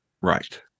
Right